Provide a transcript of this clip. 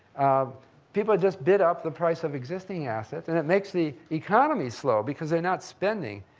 people just bid up the price of existing assets and it makes the economy slow because they're not spending.